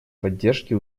поддержке